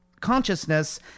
consciousness